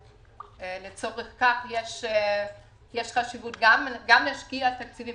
ולצורך כך יש חשיבות גם להשקיע תקציבים